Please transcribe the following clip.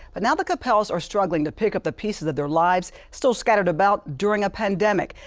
but now the cappels are struggling to pick up the pieces of their lives still scattered about during a pandemic.